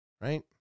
Right